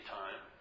time